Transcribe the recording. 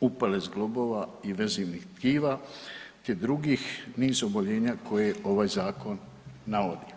upale zglobova i vezivnih tkiva te drugih niz oboljenja koje ovaj zakon navodi.